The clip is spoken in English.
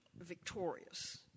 victorious